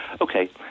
okay